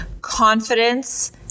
Confidence